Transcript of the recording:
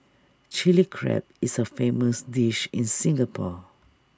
Chilli Crab is A famous dish in Singapore